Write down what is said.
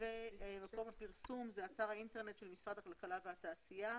מקום הפרסום הוא "אתר האינטרנט של משרד הכלכלה והתעשייה,